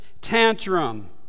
tantrum